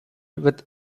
with